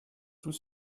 tout